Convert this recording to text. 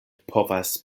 povas